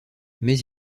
mais